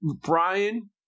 Brian